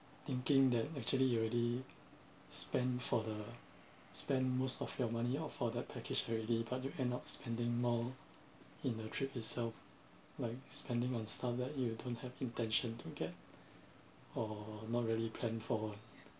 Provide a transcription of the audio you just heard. thinking that actually you already spend for the spend most of your money off for the package already but you end up spending more in the trip itself like spending on stuff that you don't have intention to get or not really plan for